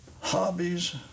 Hobbies